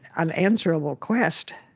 unanswerable quest.